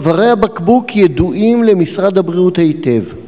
צווארי הבקבוק ידועים למשרד הבריאות היטב.